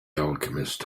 alchemist